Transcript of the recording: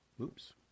Oops